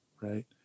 right